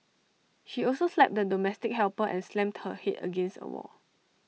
she also slapped the domestic helper and slammed her Head against A wall